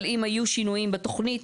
אבל אם היו שינויים בתוכנית,